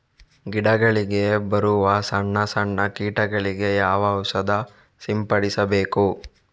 ಗಿಡಗಳಿಗೆ ಬರುವ ಸಣ್ಣ ಸಣ್ಣ ಕೀಟಗಳಿಗೆ ಯಾವ ಔಷಧ ಸಿಂಪಡಿಸಬೇಕು?